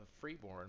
freeborn